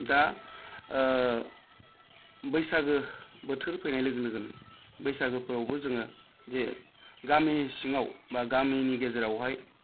दा बैसागो बोथोर फैनाय लोगो लोगोनो बैसागोफ्रावबो जोङो जे गामिनि सिङाव बा गामिनि गेजेरावहाय